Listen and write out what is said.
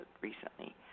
recently